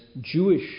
Jewish